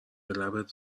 لبت